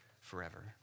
forever